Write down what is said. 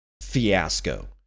fiasco